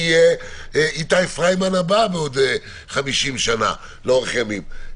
מי יהיה איתי פריימן הבא בעוד 50 שנה, לאורך ימים?